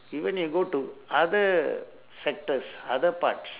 even they go to other sectors other parts